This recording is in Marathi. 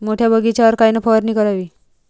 मोठ्या बगीचावर कायन फवारनी करावी?